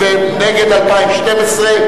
ונגד 2012?